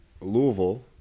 Louisville